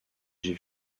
j’ai